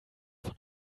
von